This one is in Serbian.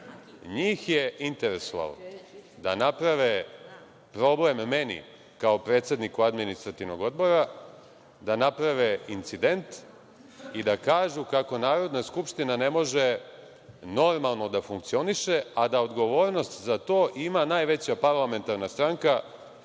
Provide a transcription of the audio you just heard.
NJih je interesovalo da naprave problem meni kao predsedniku Administrativnog odbora, da naprave incident i da kažu kako Narodna skupština ne može normalno funkcioniše, a da odgovornost za to ima najveća parlamentarna stranka